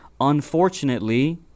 Unfortunately